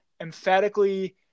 emphatically